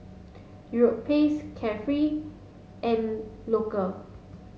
Europace Carefree and Loacker